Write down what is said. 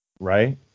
Right